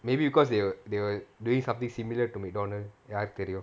maybe because they were they were doing something similar to McDonald யாருக்கு தெரியும்:yaaruku theriyum